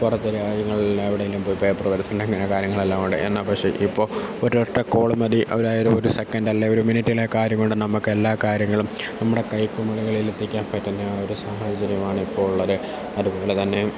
പുറത്ത് രാജ്യങ്ങളിൽ എവിടെയെങ്കിലും പോയി പേപ്പറ് വർക്കുണ്ട് അങ്ങനെ കാര്യങ്ങളെല്ലാം അവിടെ എന്നാൽ പക്ഷേ ഇപ്പോൾ ഒരൊറ്റ കോള് മതി അതായത് ഒരു സെക്കൻഡ് അല്ലെങ്കിൽ ഒരു മിനിറ്റിലെ കാര്യം കൊണ്ട് നമുക്കെല്ലാ കാര്യങ്ങളും നമ്മുടെ കൈകുമ്പിളുകളിലെത്തിക്കാൻ പറ്റുന്ന ഒരു സാഹചര്യമാണ് ഇപ്പോൾ ഉള്ളത് അതുപോലെത്തന്നെ